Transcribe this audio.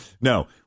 No